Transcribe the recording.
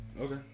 Okay